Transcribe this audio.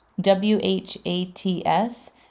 w-h-a-t-s